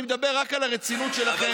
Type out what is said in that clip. אני מדבר רק על הרצינות שלכם.